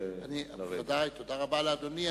תודה רבה לאדוני.